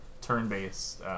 turn-based